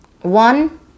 one